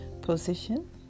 position